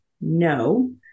no